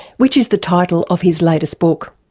which is the title of his latest book.